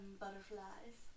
butterflies